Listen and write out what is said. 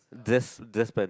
just just pant